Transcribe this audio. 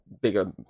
bigger